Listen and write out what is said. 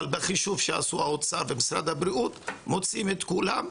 אבל בחישוב שעשו האוצר ומשרד הבריאות מוציאים את כולם,